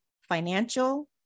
financial